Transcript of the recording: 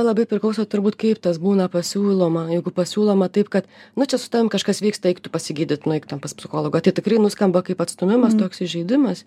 labai priklauso turbūt kaip tas būna pasiūloma jeigu pasiūloma taip kad nu čia su tavim kažkas vyksta eik tu pasigydyt nueik ten pas psichologą tai tikrai nuskamba kaip atstūmimas toks įžeidimas